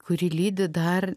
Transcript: kurį lydi dar